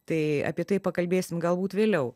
tai apie tai pakalbėsim galbūt vėliau